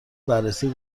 بررسی